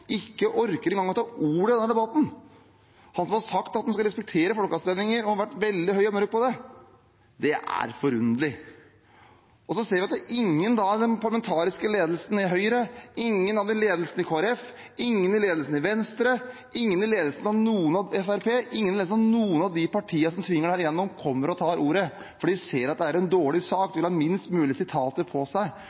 ikke engang orker å ta ordet i denne debatten, han som har sagt at han skal respektere folkeavstemninger og har vært veldig høy og mørk på det. Det er forunderlig. Så ser vi at ingen i den parlamentariske ledelsen i Høyre, ingen i ledelsen i Kristelig Folkeparti, ingen i ledelsen i Venstre, ingen i ledelsen i Fremskrittspartiet, ingen i ledelsen i noen av de partiene som tvinger dette gjennom, kommer og tar ordet, for de ser at det er en dårlig sak. De vil ha minst mulig sitater på seg,